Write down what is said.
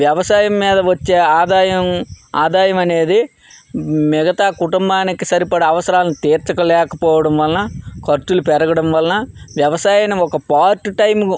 వ్యవసాయం మీద వచ్చే ఆదాయం ఆదాయం అనేది మిగతా కుటుంబానికి సరిపడా అవసరాలు తీర్చలేకపోవడం వలన ఖర్చులు పెరగడం వలన వ్యవసాయం ఒక పార్ట్ టైమ్